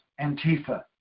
antifa